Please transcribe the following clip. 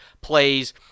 plays—